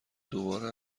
دوباره